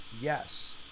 Yes